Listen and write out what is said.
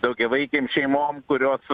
daugiavaikėm šeimom kurios